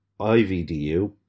IVDU